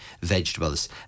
vegetables